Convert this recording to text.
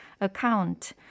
account